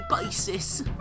basis